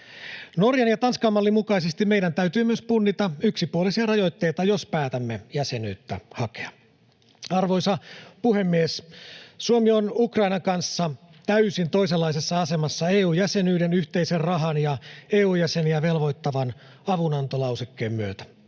Norjan ja Tanskan mallin mukaisesti meidän täytyy myös punnita yksipuolisia rajoitteita, jos päätämme jäsenyyttä hakea. Arvoisa puhemies! Suomi on Ukrainan kanssa täysin toisenlaisessa asemassa EU:n jäsenyyden, yhteisen rahan ja EU-jäseniä velvoittavan avunantolausekkeen myötä.